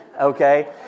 Okay